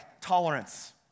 tolerance